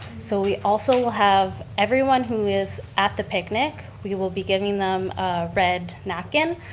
so we also will have everyone who is at the picnic we will be giving them a red napkin.